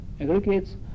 aggregates